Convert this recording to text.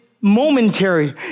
momentary